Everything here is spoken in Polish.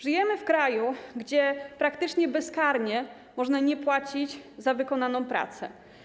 Żyjemy w kraju, gdzie praktycznie bezkarnie można nie płacić za wykonaną pracę.